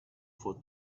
for